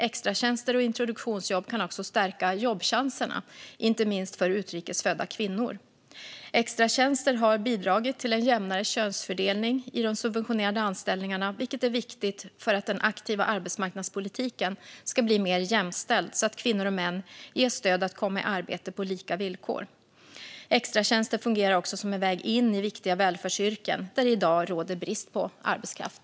Extratjänster och introduktionsjobb kan också stärka jobbchanserna för inte minst utrikes födda kvinnor. Extratjänster har bidragit till en jämnare könsfördelning i de subventionerade anställningarna, vilket är viktigt för att den aktiva arbetsmarknadspolitiken ska bli mer jämställd så att kvinnor och män ges stöd att komma i arbete på lika villkor. Extratjänster fungerar också som en väg in i viktiga välfärdsyrken där det i dag råder brist på arbetskraft.